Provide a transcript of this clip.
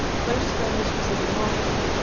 close to their mistresses and masters,